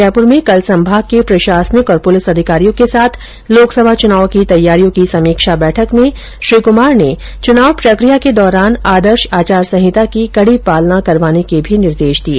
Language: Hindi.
जयपुर में कल संभाग के प्रशासनिक और पुलिस अधिकारियों के साथ लोकसभा चुनाव की तैयारियों की समीक्षा बैठक में श्री क्मार ने चुनाव प्रक्रिया के दौरान आदर्श आचार संहिता की कड़ी पालना करवाने के भी निर्देश दिए